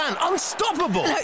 Unstoppable